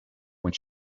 when